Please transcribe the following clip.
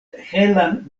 helan